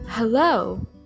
Hello